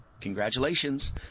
Congratulations